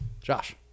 Josh